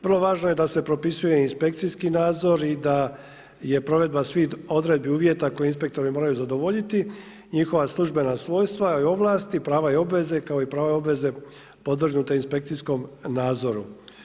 Vrlo važno je da se propisuje i inspekcijski nadzor i da je provedba svih odredbi, uvjeta koje inspektori moraju zadovoljiti njihova službena svojstva i ovlasti, prava i obveze kao i prava i obveze podvrgnute inspekcijskom nadzoru.